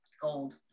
gold